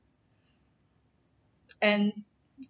and